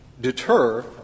deter –